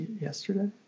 yesterday